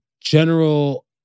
general